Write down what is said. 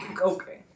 Okay